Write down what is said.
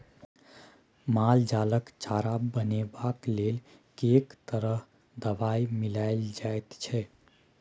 माल जालक चारा बनेबाक लेल कैक तरह दवाई मिलाएल जाइत छै